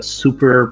super